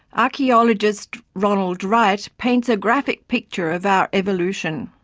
archaeologist ronald wright paints a graphic picture of our evolution.